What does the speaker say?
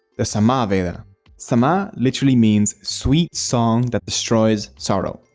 the sama veda sama literally means sweet song that destroys sorrow.